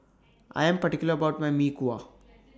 I Am particular about My Mee Kuah